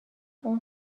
اون